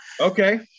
Okay